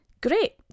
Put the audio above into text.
great